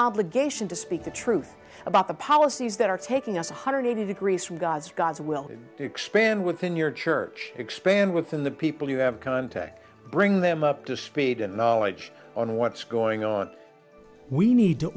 obligation to speak the truth about the policies that are taking us one hundred eighty degrees from god god's will expand within your church expand within the people you have contact bring them up to speed and knowledge on what's going on we need to